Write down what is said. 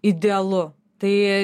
idealu tai